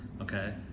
okay